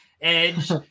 Edge